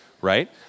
right